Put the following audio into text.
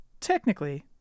technically